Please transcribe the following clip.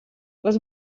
les